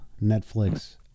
Netflix